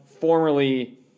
formerly